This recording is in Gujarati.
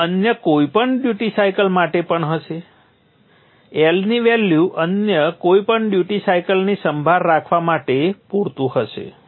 તે અન્ય કોઈપણ ડ્યુટી સાયકલ માટે પણ હશે L ની વેલ્યુ અન્ય કોઈપણ ડ્યુટી સાયકલની સંભાળ રાખવા માટે પૂરતું હશે